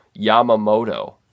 Yamamoto